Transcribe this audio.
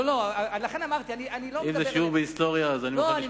אם זה שיעור בהיסטוריה, אני אשמח לשמוע.